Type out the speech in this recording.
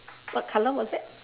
what colour was that